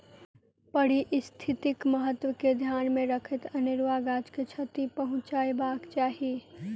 पारिस्थितिक महत्व के ध्यान मे रखैत अनेरुआ गाछ के क्षति पहुँचयबाक चाही